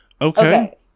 Okay